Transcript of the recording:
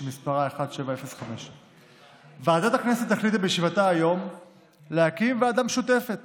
שמספרה 1705. ועדת הכנסת החליטה בישיבתה היום להקים ועדה משותפת